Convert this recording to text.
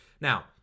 Now